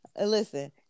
Listen